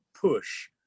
push